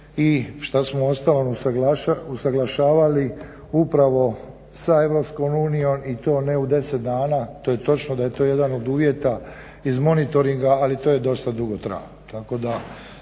i što smo uostalom usuglašavali upravo sa EU i to ne u 10 dana, to je točno da je to jedan od uvjeta iz monitoringa ali to je dosta dugo trajalo.